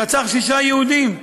רצח שישה יהודים.